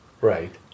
right